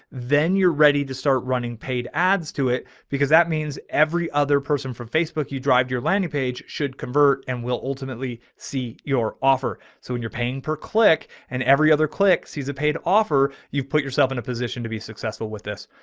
then you're ready to start running paid ads to it because that means every other person from facebook, you drive your landing page should convert and will ultimately see your offer. so when you're paying per click and every other click sees a paid offer, you've put yourself in a position to be successful with this.